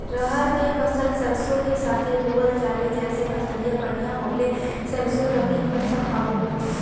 रहर क फसल सरसो के साथे बुवल जाले जैसे फसलिया बढ़िया होले सरसो रबीक फसल हवौ